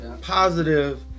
positive